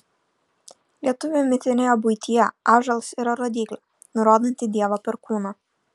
lietuvių mitinėje buityje ąžuolas yra rodyklė nurodanti dievą perkūną